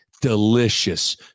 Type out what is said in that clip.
delicious